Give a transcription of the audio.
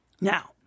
Now